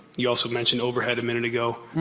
you also mentioned overhead a minute ago.